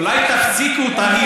אולי תפסיקו אותה?